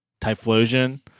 typhlosion